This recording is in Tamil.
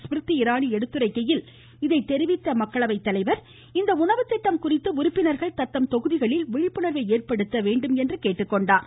ஸ்மிருதி இரானி எடுத்துரைக்கையில் இதை தெரிவித்த அவர் இந்த உணவுத்திட்டம் குறித்து உறுப்பினர்கள் தத்தம் தொகுதிகளில் விழிப்புணர்வை ஏற்படுத்த வேண்டும் என்று கேட்டுக்கொண்டார்